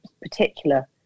particular